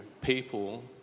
people